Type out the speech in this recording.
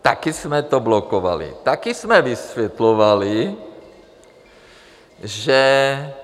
Také jsme to blokovali, také jsme vysvětlovali, že...